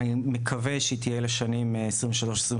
אני מקווה שהיא תהיה לשנים 2025-2023,